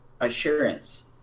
assurance